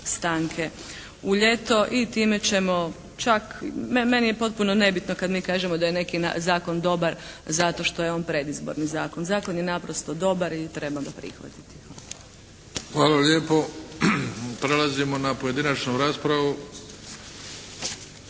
stanke u ljeto i time ćemo čak, meni je potpuno nebitno kad mi kažemo da je neki zakon dobar zato što je on predizborni zakon. Zakon je naprosto dobar i treba ga prihvatiti. **Bebić, Luka (HDZ)** Hvala lijepo. Prelazimo na pojedinačnu raspravu.